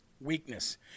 weakness